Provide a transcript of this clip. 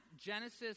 Genesis